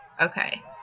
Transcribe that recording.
Okay